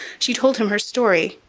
she told him her story,